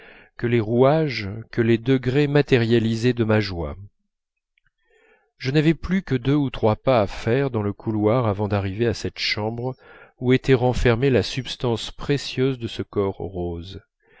que les rouages que les degrés matérialisés de ma joie je n'avais plus que deux ou trois pas à faire dans le couloir avant d'arriver à cette chambre où était renfermée la substance précieuse de ce corps rose